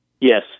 Yes